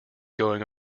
going